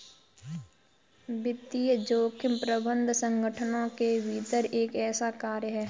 वित्तीय जोखिम प्रबंधन संगठनों के भीतर एक ऐसा कार्य है